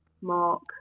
Mark